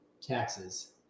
taxes